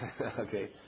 Okay